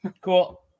cool